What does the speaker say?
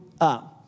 up